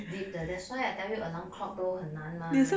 deep 的 that's why I tell you alarm clock 都很难吗